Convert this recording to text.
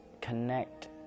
connect